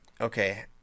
Okay